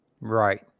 right